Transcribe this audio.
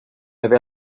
avait